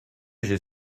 j’ai